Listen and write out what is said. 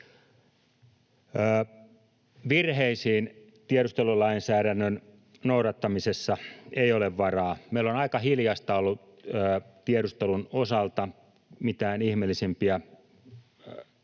Virheisiin tiedustelulainsäädännön noudattamisessa ei ole varaa. Meillä on aika hiljaista ollut tiedustelun osalta. Mitään ihmeellisempiä kriisejä